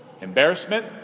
Embarrassment